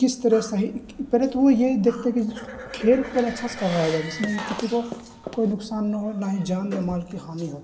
کس طرح صحیح پہلے تو وہ یہ دیکھتے ہیں کہ کھیل کو پہلے اچھا سے کروایا جائے جس میں کہ کسی کو کوئی نقصان نہ ہو نہ ہی جان نہ مال کی ہانی ہو